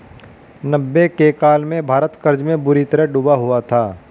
नब्बे के काल में भारत कर्ज में बुरी तरह डूबा हुआ था